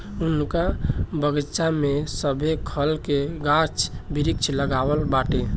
उनका बगइचा में सभे खल के गाछ वृक्ष लागल बाटे